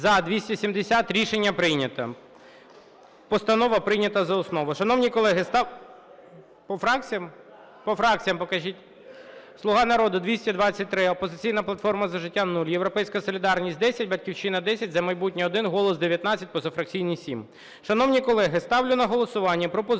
За-270 Рішення прийнято. Постанова прийнята за основу.